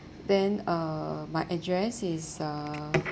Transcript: then uh my address is uh